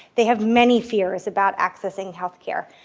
they have many fears about accessing health care.